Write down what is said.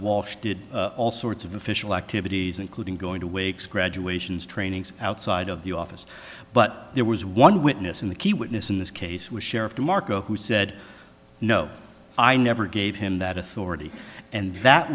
walsh did all sorts of official activities including going to wakes graduations trainings outside of the office but there was one witness in the key witness in this case was sheriff demarco who said no i never gave him that authority and that